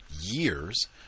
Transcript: years